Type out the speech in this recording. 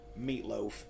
Meatloaf